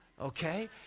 Okay